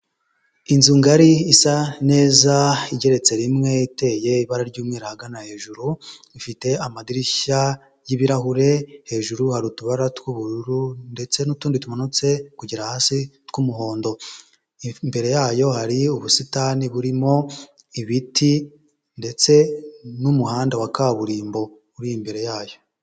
Inzu ngari isa neza igereretse rimwe, iteye ibara ry'umweru ahagana hejuru, ifite amadirishya y'ibirahure, hejuru hari utubara tw'ubururu ndetse n'utundi tumanutse kugera hasi tw'umuhondo, imbere yayo hari ubusitani, burimo ibiti ndetse n'umuhanda wa kaburimbo, uri imbere yayo.